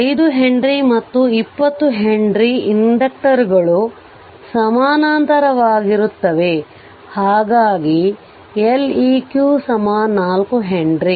5ಹೆನ್ರಿ ಮತ್ತು 20 ಹೆನ್ರಿ ಇಂಡಕ್ಟರ್ಗಳುಸಮಾನಾಂತರವಾಗಿರುತ್ತವೆಹಾಗಾಗಿ Leq 4 henry